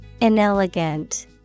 Inelegant